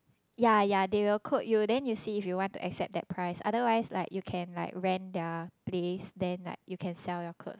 yea yea they will quote you then you see if you want to accept that price otherwise like you can like rent their place then like you can sell your clothes